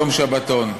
יום שבתון,